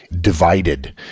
divided